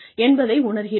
என்பதை உணர்கிறோம்